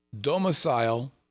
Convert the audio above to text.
Domicile